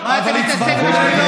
אבל הצבעתם,